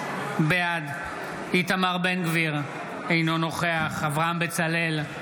בעד איתמר בן גביר, אינו נוכח אברהם בצלאל,